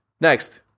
Next